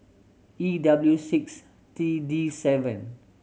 E W six T D seven